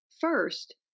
First